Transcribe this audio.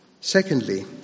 Secondly